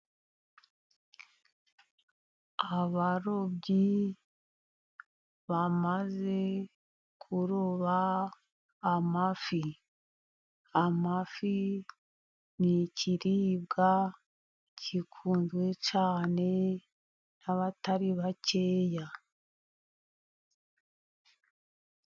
Abarobyi bamaze kuroba amafi . Amafi ni ikiribwa kikunzwe cyane n'abatari bakeya.